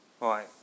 Right